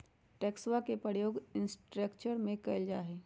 टैक्सवा के प्रयोग इंफ्रास्ट्रक्टर में कइल जाहई